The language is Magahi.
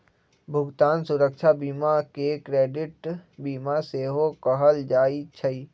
भुगतान सुरक्षा बीमा के क्रेडिट बीमा सेहो कहल जाइ छइ